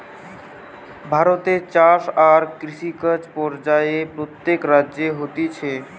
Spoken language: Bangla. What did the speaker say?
ভারতে চাষ আর কৃষিকাজ পর্যায়ে প্রত্যেক রাজ্যে হতিছে